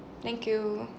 thank you